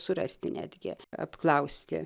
surasti netgi apklausti